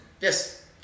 Yes